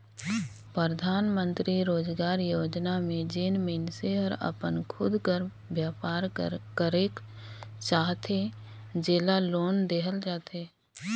परधानमंतरी रोजगार योजना में जेन मइनसे हर अपन खुद कर बयपार करेक चाहथे जेला लोन देहल जाथे